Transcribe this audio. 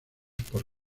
por